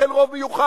לכן רוב מיוחס,